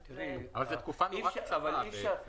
אז --- אבל זו תקופה נורא קצרה בעצם.